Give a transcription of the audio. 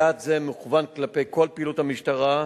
יעד זה מוכוון כלפי כל פעילות המשטרה,